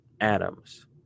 Adams